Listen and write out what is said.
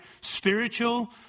spiritual